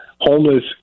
homeless